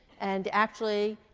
and actually.